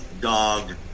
dog